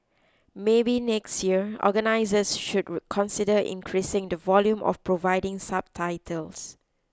maybe next year organisers should consider increasing the volume of providing subtitles